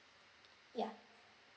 ya